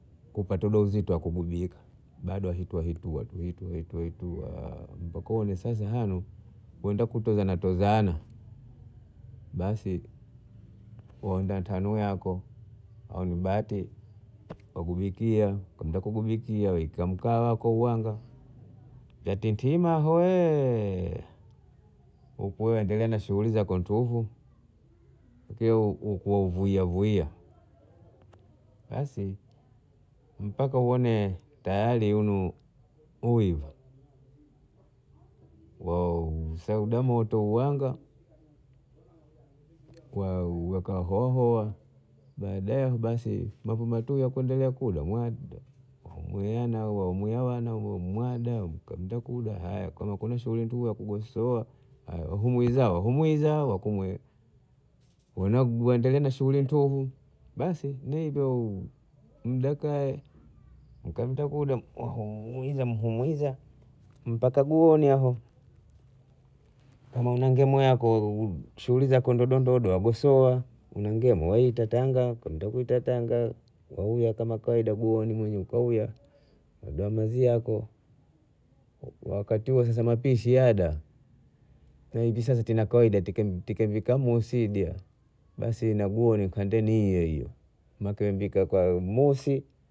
Kupata udazito wa kubigwa bado wahitua hitua tu hitua hitua mpaka uone sasa hanu waende kutozana tozana, basi wanda tanuu yako au ni bati wagubikia ntaenda kubigikia ntaanda mkaa wako huanga watitima weee huku wewe waendelea na shughuli zako ntuhu huku wauvia uvia basi mpaka uone tayari hunu wausauda moto uanga kwa kuweka hoho baadae basi mapema tu wakuendelea kula mwia wana mwia wana mwada kapita kuda kama kuna shughuli kugosoa humwiza humwiza wakumwe waendela na shughuli ntuhu basi ni hivyo ndakae mkamtakuda muhiza muhiza mpaka guoni kama una ngemo yako shughuli zako ndogo ndogo wagosoa una ngemo watanga kwenda kuita tanga wauia kama kawaida guoni mwenyewe kawia kagazia mazi yako wakati huo mapishi yada na hivi sasa kana kawaida tia vikamusida basi na guoni kandeni ni hiyo hiyo mbika kwa mosi